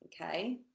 okay